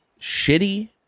shitty